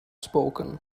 spoken